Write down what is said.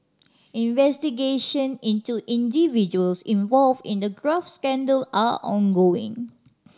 investigation into individuals involved in the graft scandal are ongoing